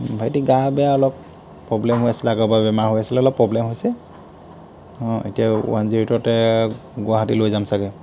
ভাইটি গা বেয়া অলপ প্ৰব্লেম হৈ আছিলে আগৰ পৰাই বেমাৰ হৈ আছিলে অলপ প্ৰব্লেম হৈছে অঁ এতিয়া ওৱান জিৰো এইটতে গুৱাহাটী লৈ যাম ছাগৈ